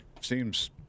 seems